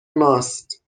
ماست